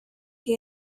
que